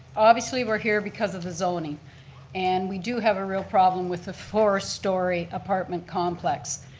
obviously we're here because of the zoning and we do have a real problem with the four story apartment complex.